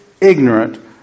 ignorant